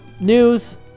news